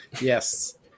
Yes